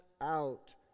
out